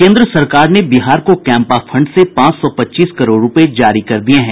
केन्द्र सरकार ने बिहार को कैम्पा फंड के पांच सौ पच्चीस करोड़ रूपये जारी कर दिये हैं